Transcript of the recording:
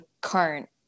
current